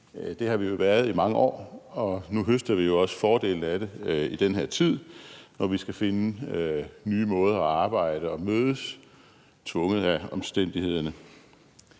Det har vi været i mange år, og nu høster vi også fordelene af det i den her tid, når vi skal finde nye måder at arbejde og mødes på – tvunget af omstændighederne.